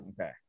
okay